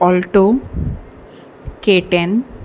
alto K ten